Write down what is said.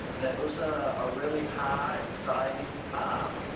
it was a a really high, exciting time.